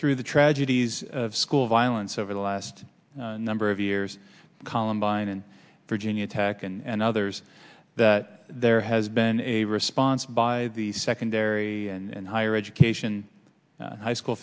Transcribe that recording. through the tragedies of school violence over the last number of years columbine and virginia tech and others that there has been a response by the secondary and higher education high school